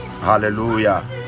hallelujah